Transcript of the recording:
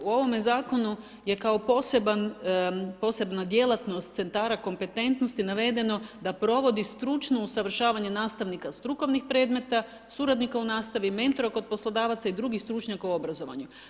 U ovome zakonu je kao posebna djelatnost centara kompetentnosti navedeno da provodi stručno usavršavanje nastavnika strukovnih predmeta, suradnika u nastavi, mentora kod poslodavaca i drugih stručnjaka u obrazovanju.